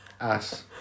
Ass